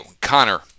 Connor